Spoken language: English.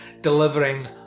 delivering